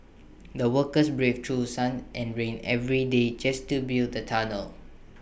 the workers braved through sun and rain every day just to build the tunnel